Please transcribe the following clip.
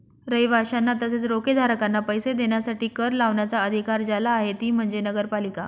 रहिवाशांना तसेच रोखेधारकांना पैसे देण्यासाठी कर लावण्याचा अधिकार ज्याला आहे ती म्हणजे नगरपालिका